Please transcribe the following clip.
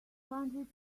hundred